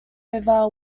river